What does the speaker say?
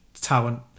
talent